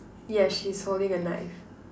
yes she's holding a knife